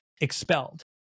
Expelled